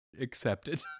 accepted